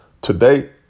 Today